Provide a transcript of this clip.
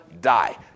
die